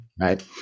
right